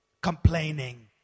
complaining